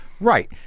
Right